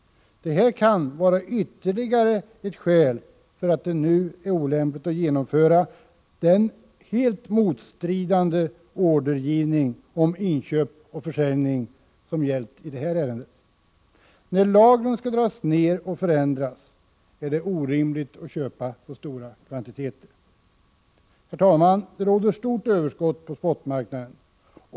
Det kan vara ytterligare ett skäl för att det nu är olämpligt att genomföra den helt motstridande ordergivning om inköp och försäljning som har gällt i detta ärende. När lagren skall dras ner och förändras, är det orimligt att köpa så stora kvantiteter. Det råder stort överskott på spotmarknaden.